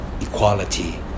equality